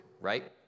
right